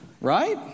Right